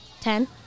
Ten